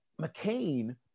McCain